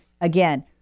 Again